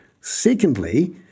Secondly